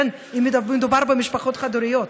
אם מדובר במשפחות חד-הוריות,